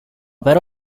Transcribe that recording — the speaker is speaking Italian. però